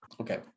Okay